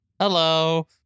Hello